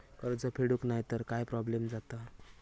कर्ज फेडूक नाय तर काय प्रोब्लेम जाता?